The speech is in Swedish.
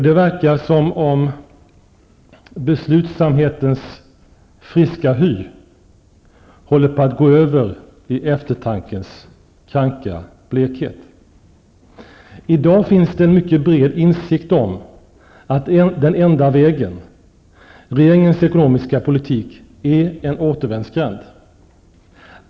Det verkar som om beslutsamhetens friska hy håller på att gå över i eftertankens kranka blekhet. I dag finns det en mycket bred insikt om att den enda vägen, regeringens ekonomiska politik, är en återvändsgränd.